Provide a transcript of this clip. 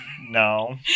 no